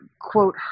quote